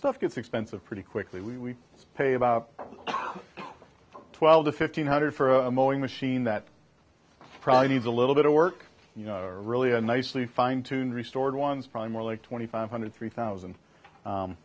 stuff gets expensive pretty quickly we pay about twelve to fifteen hundred for a mo in machine that probably needs a little bit of work you know really a nicely fine tuned restored ones from more like twenty five hundred three thousand